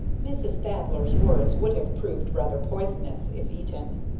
mrs. thaddler's words would have proved rather poisonous, if eaten.